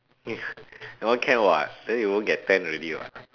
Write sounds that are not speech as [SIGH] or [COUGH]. [LAUGHS] that one can [what] then you won't get tan already [what]